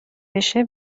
بشه